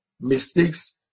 mistakes